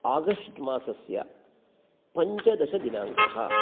आगश्ट् मासस्य पञ्चदशदिनाङ्कः